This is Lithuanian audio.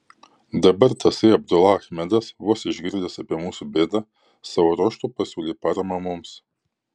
dabar tasai abdula achmedas vos išgirdęs apie mūsų bėdą savo ruožtu pasiūlė paramą mums